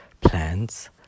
plans